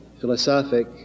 philosophic